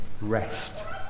rest